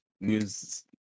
news